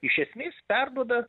iš esmės perduoda